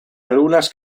algunas